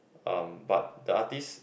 uh but the artist